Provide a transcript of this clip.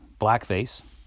blackface